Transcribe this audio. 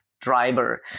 driver